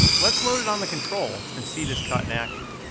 let's load it on the control and see this cut in action.